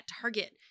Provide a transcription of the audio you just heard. Target